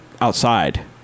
outside